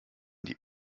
die